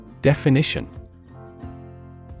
Definition